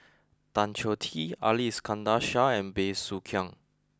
Tan Choh Tee Ali Iskandar Shah and Bey Soo Khiang